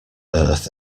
earth